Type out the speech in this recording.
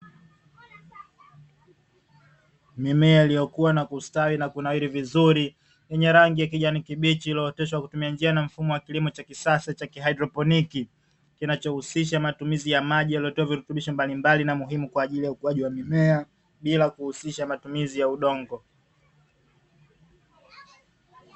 Mimea iliyokua na kustawi na kunawiri vizuri, yenye rangi ya kijani kibichi iliyooteshwa kwa kutumia njia na mfumo wa kilimo cha kisasa cha haidroponi kinachohusisha matumizi ya maji yaliyotiwa virutubisho mbalimbali na muhimu kwa ajili ya ukuaji wa mimea, bila kuhusisha matumizi ya udongo.